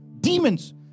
demons